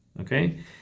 okay